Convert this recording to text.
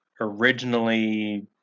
originally